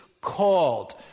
called